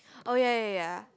oh ya ya ya ya